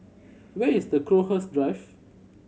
where is Crowhurst Drive